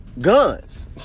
guns